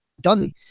done